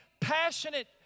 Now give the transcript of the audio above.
passionate